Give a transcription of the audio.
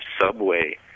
subway